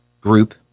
group